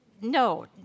no